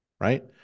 right